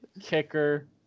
Kicker